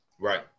Right